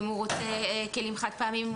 אם הוא רוצה כלים חד פעמיים,